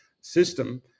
system